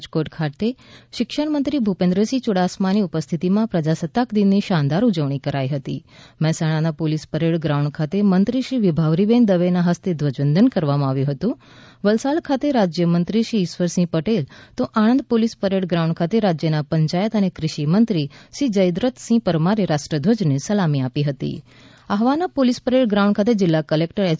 રાજકોટ ખાતે શિક્ષણમંત્રી ભૂપેન્દ્રસિંહ યુડાસમાની ઉપસ્થિતિમાં પ્રજાસતાક દિનની શાનદાર ઉજવણી કરાઇ હતી મહેસાણાના પોલીસ પરેડ ગ્રાઉન્ડ ખાતે મંત્રીશ્રી વિભાવરીબેન દવેના હસ્તે ધ્વજવંદન કરવામા આવ્યુ હતુ વલસાડ ખાતે રાજયમંત્રીશ્રી ઇશ્વરસિંહ પટેલે તો આણંદ પોલીસ પરેડ ગ્રાઉન્ડ ખાતે રાજયના પંચાયત અને કૃષિમંત્રી શ્રી જયદ્વથસિંહ પરમારે રાષ્ટ્રધ્વજને સલામી આપી હતી આહવાના પોલીસ પરેડ ગ્રાઉન્ડ ખાતે જિલ્લા કલેકટર એચ